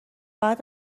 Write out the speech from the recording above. بعد